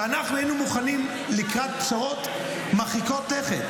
ואנחנו היינו מוכנים לקראת פשרות מרחיקות לכת.